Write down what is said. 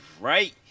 right